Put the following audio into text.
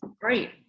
great